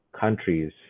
countries